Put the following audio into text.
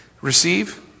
receive